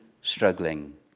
struggling